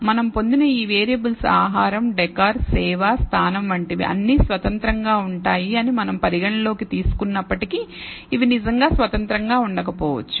మనం పొందిన ఈ వేరియబుల్స్ ఆహారం డెకర్ సేవ స్థానం వంటివి అన్నీ స్వతంత్రంగా ఉంటాయి అని మనం పరిగణనలోకి తీసుకున్నప్పటికీ ఇవి నిజంగా స్వతంత్రంగా ఉండకపోవచ్చు